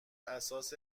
اساس